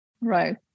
Right